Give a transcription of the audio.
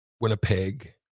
Winnipeg